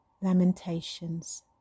Lamentations